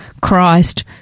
Christ